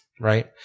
right